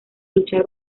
luchar